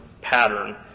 pattern